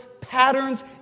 patterns